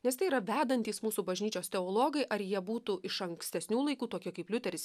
nes tai yra vedantys mūsų bažnyčios teologai ar jie būtų iš ankstesnių laikų tokie kaip liuteris